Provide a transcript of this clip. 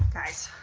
guys!